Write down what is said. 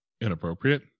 inappropriate